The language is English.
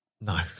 No